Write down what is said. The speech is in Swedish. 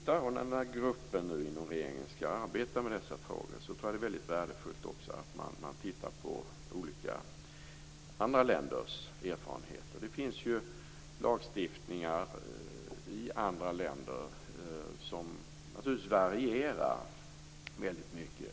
När nu den här gruppen inom regeringen skall titta på dessa saker tror jag att det är värdefullt att titta på andra länders erfarenheter. Lagstiftningarna i andra länder varierar naturligtvis väldigt mycket.